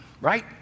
right